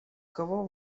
кого